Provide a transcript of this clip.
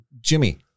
Jimmy